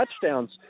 touchdowns